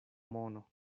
mono